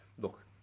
look